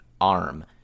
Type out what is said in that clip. arm